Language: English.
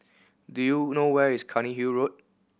do you know where is Cairnhill Road